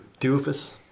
Doofus